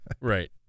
Right